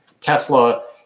Tesla